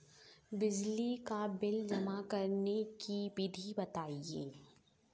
बिजली का बिल जमा करने की विधि बताइए?